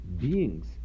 beings